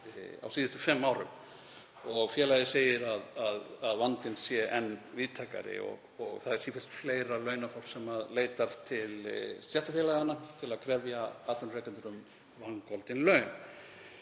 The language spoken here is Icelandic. á síðustu fimm árum. Félagið segir að vandinn sé enn víðtækari. Það er sífellt fleira launafólk sem leitar til stéttarfélaganna til að krefja atvinnurekendur vangoldin laun.